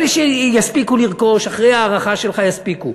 אלה שיספיקו לרכוש אחרי ההארכה שלך, יספיקו.